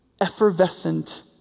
effervescent